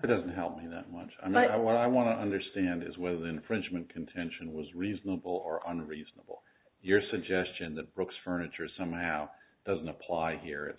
but doesn't help me that much and i want i want to understand is whether the infringement contention was reasonable or unreasonable your suggestion that brooks furniture somehow doesn't apply here it